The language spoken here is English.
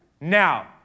Now